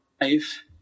life